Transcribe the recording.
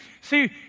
see